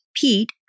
Pete